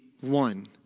one